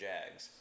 Jags